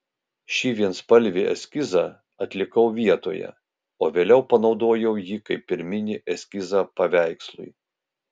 šį vienspalvį eskizą atlikau vietoje o vėliau panaudojau jį kaip pirminį eskizą paveikslui